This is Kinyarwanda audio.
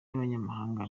b’abanyamahanga